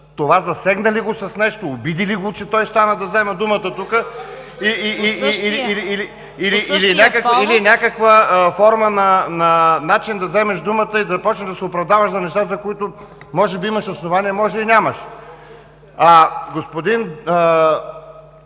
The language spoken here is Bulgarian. Това засегна ли го с нещо, обиди ли го, че той стана да вземе думата? (Шум и реплики.) Или е някаква форма и начин да вземеш думата и да започнеш да се оправдаваш за неща, за които може би имаш основание, може би нямаш. Господин